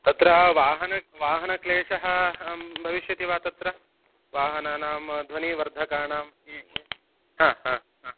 तत्र वाहन वाहनक्लेशः भविष्यति वा तत्र वाहनानां ध्वनिवर्धकाणाम् हा हा हा